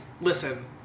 listen